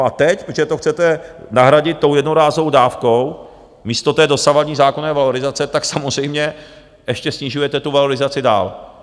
A teď, protože to chcete nahradit jednorázovou dávkou místo dosavadní zákonné valorizace, samozřejmě ještě snižujete tu valorizaci dál.